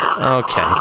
Okay